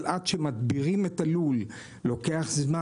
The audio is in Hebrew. אבל עד שמדבירים את הלול לוקח זמן.